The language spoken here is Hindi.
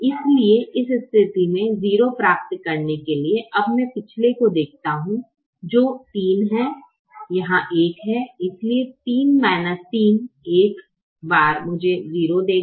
इसलिए इस स्थिति में 0 प्राप्त करने के लिए अब मैं पिछले को देखता हूं जो 3 है यहां 1 है इसलिए 3 0 देगा